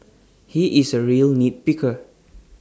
he is A real nit picker